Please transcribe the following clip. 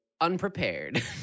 unprepared